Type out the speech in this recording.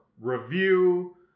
review